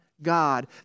God